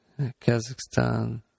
Kazakhstan